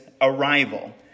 arrival